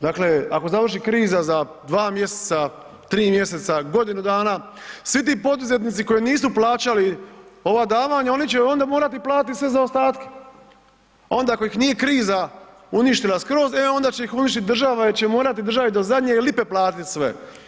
Dakle, ako završi kriza za 2 mjeseca, 3 mjeseca, godinu dana svi ti poduzetnici koji nisu plaćali ova davanja oni će onda morati platiti sve zaostatke, a onda ako ih nije kriza uništila skroz, e onda će ih uništiti država jer će morati državi do zadnje lipe platiti sve.